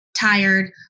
tired